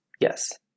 Yes